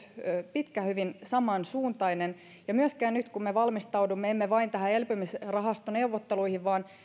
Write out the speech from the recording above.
pitkään hyvin samansuuntainen ja myöskin nyt kun me emme valmistaudu vain elpymisrahasto neuvotteluihin vaan